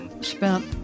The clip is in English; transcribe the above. spent